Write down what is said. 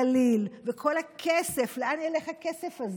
ובגליל, וכל הכסף, לאן ילך הכסף הזה?